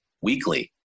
weekly